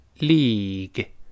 League